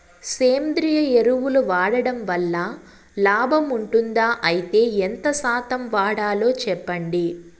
సేంద్రియ ఎరువులు వాడడం వల్ల లాభం ఉంటుందా? అయితే ఎంత శాతం వాడాలో చెప్పండి?